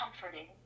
comforting